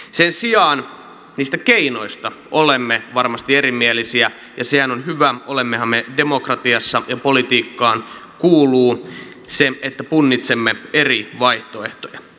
sen sijaan niistä keinoista olemme varmasti erimielisiä ja sehän on hyvä olemmehan me demokratiassa ja politiikkaan kuuluu se että punnitsemme eri vaihtoehtoja